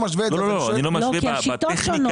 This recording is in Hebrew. כי השיטות שונות.